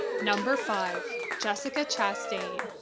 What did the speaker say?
number five, jessica chastain.